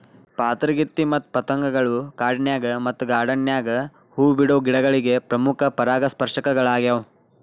ಪಾತರಗಿತ್ತಿ ಮತ್ತ ಪತಂಗಗಳು ಕಾಡಿನ್ಯಾಗ ಮತ್ತ ಗಾರ್ಡಾನ್ ನ್ಯಾಗ ಹೂ ಬಿಡೋ ಗಿಡಗಳಿಗೆ ಪ್ರಮುಖ ಪರಾಗಸ್ಪರ್ಶಕಗಳ್ಯಾವ